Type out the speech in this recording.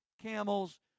camels